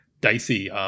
dicey